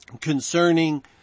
Concerning